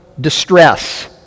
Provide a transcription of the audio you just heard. distress